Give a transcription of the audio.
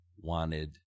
wanted